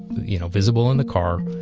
you know, visible in the car,